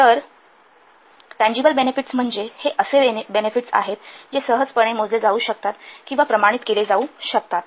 तर tangible benefits म्हणजे हे असे बेनेफिट्स आहेत जे सहजपणे मोजले जाऊ शकतात किंवा प्रमाणित केले जाऊ शकतात